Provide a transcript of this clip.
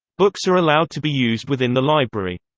books are allowed to be used within the library.